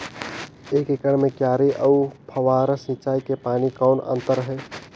एक एकड़ म क्यारी अउ फव्वारा सिंचाई मे पानी के कौन अंतर हे?